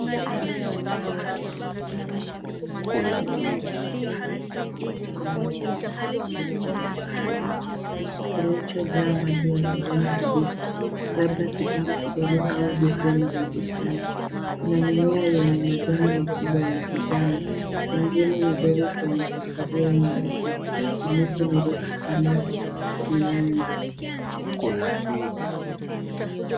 Mkusanyiko wa mimea iliyopandwa kwenye vyombo tofauti ndani ya chombo kikubwa cha samawati kilichojaa maji ya kijani kibichi labda kibimbi kidogo au beseni la bustani. Kuna mimea yenye majani makubwa ya kijani, mingine midogo kwenye sufuria nyeusi na miti mirefu kama mianzi.